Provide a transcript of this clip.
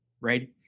right